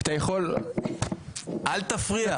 אל תפריע.